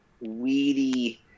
weedy